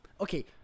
Okay